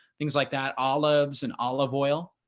things like that olives and olive oil.